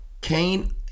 Cain